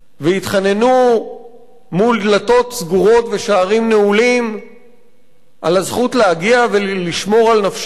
התחננו מול דלתות סגורות ושערים נעולים על הזכות להגיע ולשמור על נפשם,